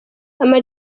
ama